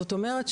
זאת אומרת,